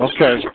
Okay